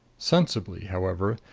sensibly, however,